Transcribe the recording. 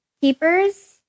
keepers